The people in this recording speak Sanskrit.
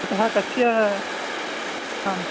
अतः कस्य आं